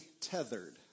tethered